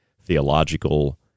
theological